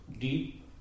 deep